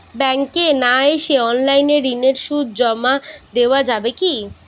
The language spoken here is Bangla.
ব্যাংকে না এসে অনলাইনে ঋণের সুদ জমা দেওয়া যাবে কি?